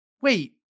wait